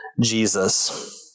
Jesus